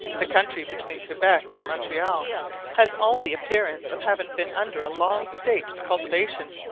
the country between quebec and montreal has all the appearance of having been under a long state of cultivation,